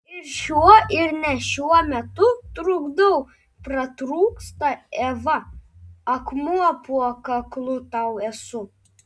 ir šiuo ir ne šiuo metu trukdau pratrūksta eva akmuo po kaklu tau esu